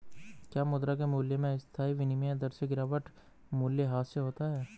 क्या मुद्रा के मूल्य में अस्थायी विनिमय दर में गिरावट मूल्यह्रास होता है?